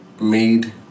made